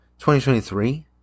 2023